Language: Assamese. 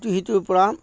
ইটো সিটোৰপৰা